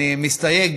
אני מסתייג